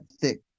thick